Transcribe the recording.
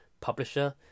publisher